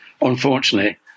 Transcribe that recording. unfortunately